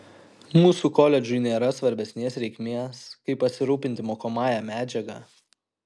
mūsų koledžui nėra svarbesnės reikmės kaip pasirūpinti mokomąja medžiaga